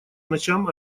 ночам